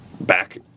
back